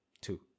two